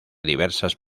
diversas